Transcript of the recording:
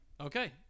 Okay